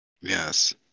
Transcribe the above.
Yes